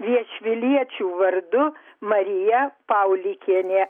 viešviliečių vardu marija paulikienė